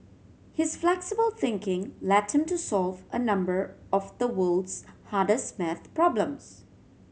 his flexible thinking led him to solve a number of the world's hardest maths problems